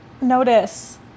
notice